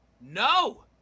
No